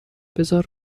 بزار